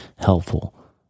helpful